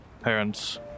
parents